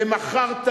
ו"מכרת"